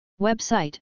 Website